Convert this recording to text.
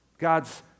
God's